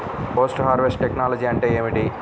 Post harvest technology అంటే ఏమిటి?